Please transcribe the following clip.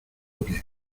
pie